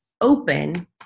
open